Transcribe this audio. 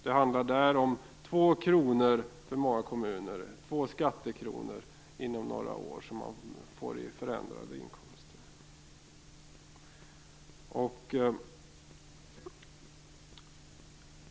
För många kommuner handlar det om en förändring av inkomsterna inom några år med 2 skattekronor.